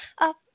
up